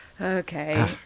Okay